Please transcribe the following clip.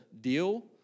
deal